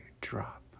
drop